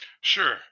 Sure